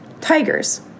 Tigers